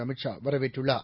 அமித் ஷா வரவேற்றுள்ளார்